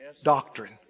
doctrine